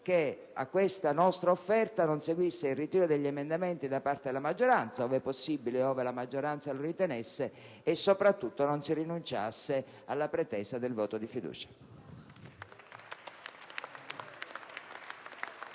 parlamentare ci offre), non seguisse il ritiro degli emendamenti da parte della maggioranza (ove possibile e ove la maggioranza lo ritenesse) e soprattutto non si rinunciasse alla pretesa del voto di fiducia.